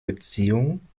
beziehung